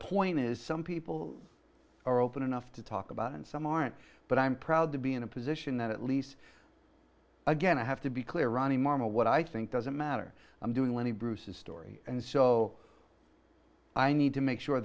point is some people are open enough to talk about and some aren't but i'm proud to be in a position that at least again i have to be clear ronnie marma what i think doesn't matter i'm doing lenny bruce a story and so i need to make sure